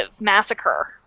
massacre